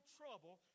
trouble